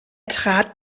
trat